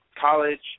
college